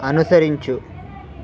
అనుసరించు